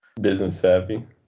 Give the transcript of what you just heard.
Business-savvy